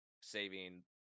saving